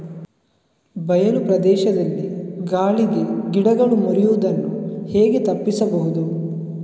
ಬಯಲು ಪ್ರದೇಶದಲ್ಲಿ ಗಾಳಿಗೆ ಗಿಡಗಳು ಮುರಿಯುದನ್ನು ಹೇಗೆ ತಪ್ಪಿಸಬಹುದು?